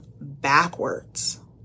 backwards